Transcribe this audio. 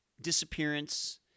disappearance